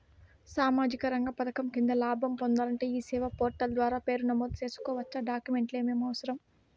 సామాజిక రంగ పథకం కింద లాభం పొందాలంటే ఈ సేవా పోర్టల్ ద్వారా పేరు నమోదు సేసుకోవచ్చా? డాక్యుమెంట్లు ఏమేమి అవసరం?